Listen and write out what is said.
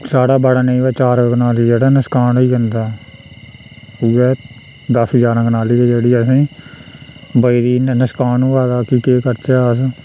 साढ़ा बड़ा नी ता चार कनाली जेह्ड़ा नकसान होई जंदा ऐ उ'यै दस जारां कनाली गै जेह्ड़ी असेंगी बचदी इन्ना नकसान होआ दा कि केह् करचै अस